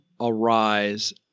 arise